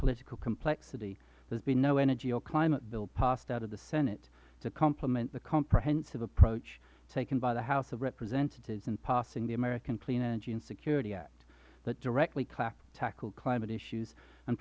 political complexities there has been no energy or climate bill passed out of the senate to complement the comprehensive approach taken by the house of representatives in passing the american clean energy and security act that directly tackled climate issues and